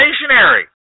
stationary